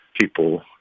people